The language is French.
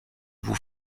vous